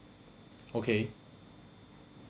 okay